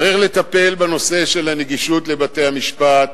צריך לטפל בנושא הנגישות של בתי-המשפט,